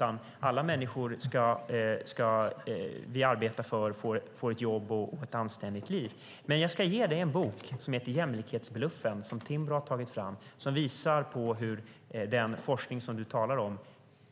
Vi ska arbeta för att alla människor ska få ett jobb och ett anständigt liv. Jag ska ge dig en bok som heter Jämlikhetsbluffen och som Timbro har tagit fram. Den visar på hur den forskning som du talar om